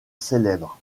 célèbres